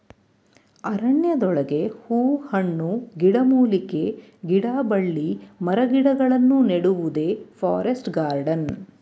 ಅರಣ್ಯದೊಳಗೆ ಹೂ ಹಣ್ಣು, ಗಿಡಮೂಲಿಕೆ, ಗಿಡಬಳ್ಳಿ ಮರಗಿಡಗಳನ್ನು ನೆಡುವುದೇ ಫಾರೆಸ್ಟ್ ಗಾರ್ಡನ್